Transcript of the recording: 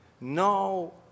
no